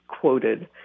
quoted